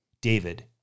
David